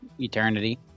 eternity